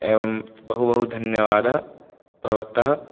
एवं बहु बहु धन्यवादः भवतः